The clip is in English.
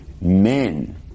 men